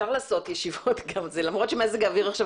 משרד האוצר,